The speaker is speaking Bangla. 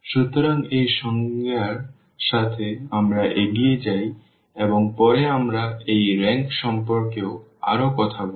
সুতরাং এই সংজ্ঞার সাথে আমরা এগিয়ে যাই এবং পরে আমরা এই রেংক সম্পর্কে আরও কথা বলব